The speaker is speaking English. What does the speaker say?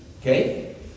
okay